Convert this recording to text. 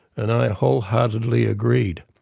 and i wholeheartedly agreed.